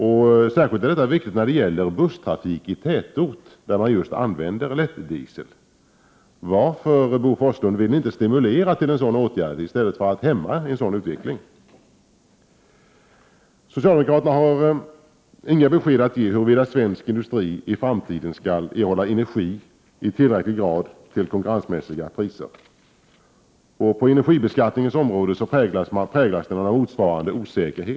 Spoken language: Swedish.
Detta är särskilt viktigt när det gäller busstrafik i tätorter där man just använder lättdiesel. Varför, Bo Forslund, vill socialdemokraterna inte stimulera till en sådan åtgärd i stället för att hämma en sådan utveckling? Socialdemokraterna har inga besked att ge huruvida svensk industri i framtiden skall erhålla energi i tillräcklig omfattning till konkurrensmässiga priser. Energibeskattningens område präglas av motsvarande osäkerhet.